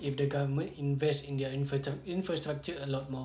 if the government invest in their infrastru~ infrastructure a lot more